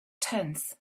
tenth